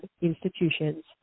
institutions